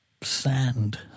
sand